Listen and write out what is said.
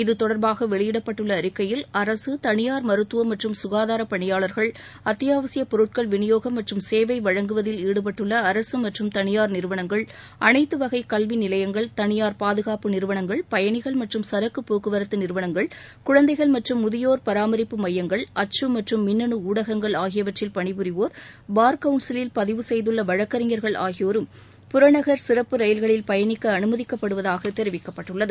இது தொடர்பாக வெளியிடப்பட்டுள்ள அறிக்கையில் அரசு தனியார் மருத்துவம் மற்றும் சுகாதாரப் பணியாளர்கள் அத்தியாவசிய பொருட்கள் விநியோகம் மற்றும் சேவை வழங்குவதில் ஈடுபட்டுள்ள அரசு மற்றும் தனியார் நிறுவனங்கள் அனைத்துவகை கல்வி நிலையங்கள் தனியார் பாதுகாப்பு நிறுவனங்கள் பயனிகள் மற்றும் சரக்குப் பாக்குவரத்து நிறுவனங்கள் குழந்தைகள் மற்றும் முதியோர் பராமரிப்பு மையங்கள் அச்சு மற்றும் மின்னணு ஊடகங்கள் ஆகியவற்றில் பணிபுரிவோர் பார் கவுன்சிலில் பதிவு செய்துள்ள வழக்கறிஞர்கள் ஆகியோரும் புறநகர் சிறப்பு ரயில்களில் பயணிக்க அனுமதிக்கப்படுவதாக தெரிவிக்கப்பட்டுள்ளது